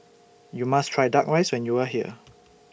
YOU must Try Duck Rice when YOU Are here